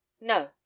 no